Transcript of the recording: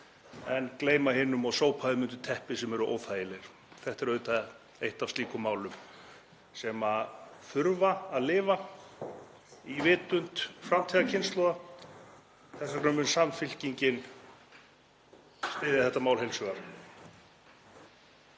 en gleyma hinum og sópa þeim undir teppið sem eru óþægileg. Þetta er auðvitað eitt af slíkum málum sem þurfa að lifa í vitund framtíðarkynslóða. Þess vegna mun Samfylkingin styðja þetta mál heils hugar.